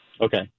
okay